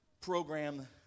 program